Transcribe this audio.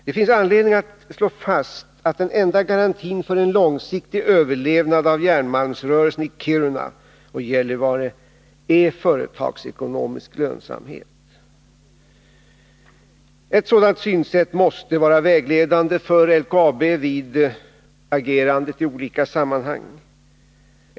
Det finns anledning slå fast att den enda garantin för en långsiktig överlevnad av järnmalmsrörelsen i Kiruna och i Gällivare är företagsekonomisk lönsamhet. Ett sådant synsätt måste vara vägledande för LKAB vid företagets agerande i olika sammanhang.